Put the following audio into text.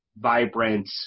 vibrant